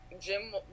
jim